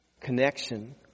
connection